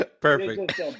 Perfect